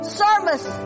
service